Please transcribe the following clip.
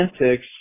antics